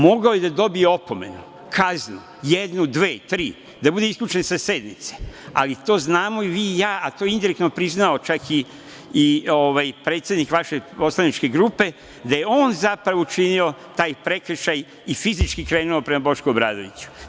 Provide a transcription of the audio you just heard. Mogao je dobije opomenu, kaznu, jednu, dve, tri, da bude isključen sa sednice, ali to znamo i vi i ja, a to je i indirektno priznao čak i predsednik vaše poslaničke grupe da je on, zapravo, učinio taj prekršaj i fizički krenuo prema Bošku Obradoviću.